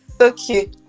Okay